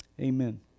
Amen